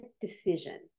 decision